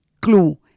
clue